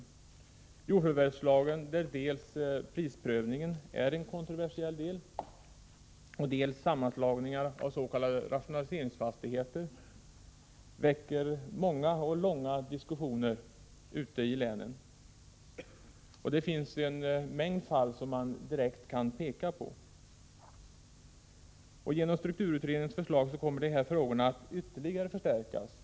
Det gäller jordförvärvslagen, där dels prisprövningen är en kontroversiell del, dels sammanslagningar av s.k. rationaliseringsfastigheter väcker många och långa diskussioner ute i länen. Det finns en mängd fall som man direkt kan peka på. Genom strukturutredningens förslag kommer de här frågorna att ytterligare aktualiseras.